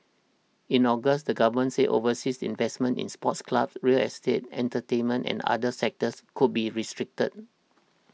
in August the government said overseas investments in sports clubs real estate entertainment and other sectors would be restricted